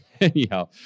Anyhow